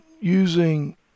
using